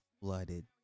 flooded